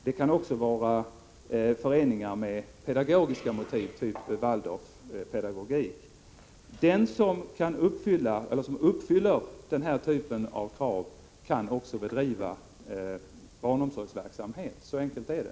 Det kan alltså röra sig om föreningar med pedagogiska motiv, typ Waldorfpedagogik. Den som uppfyller den här typen av krav kan också bedriva barnomsorgsverksamhet — så enkelt är det.